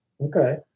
Okay